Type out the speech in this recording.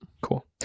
cool